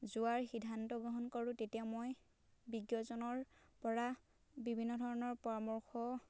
যোৱাৰ সিদ্ধান্ত গ্ৰহণ কৰোঁ তেতিয়া মই বিজ্ঞজনৰ পৰা বিভিন্ন ধৰণৰ পৰামৰ্শ